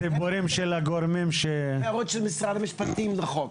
בסיפורים של הגורמים --- הערות של משרד המשפטים לחוק,